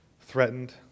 threatened